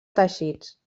teixits